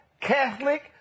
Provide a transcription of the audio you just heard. Catholic